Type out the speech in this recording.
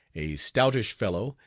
a stoutish fellow,